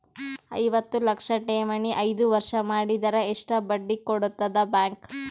ಐವತ್ತು ಲಕ್ಷ ಠೇವಣಿ ಐದು ವರ್ಷ ಮಾಡಿದರ ಎಷ್ಟ ಬಡ್ಡಿ ಕೊಡತದ ಬ್ಯಾಂಕ್?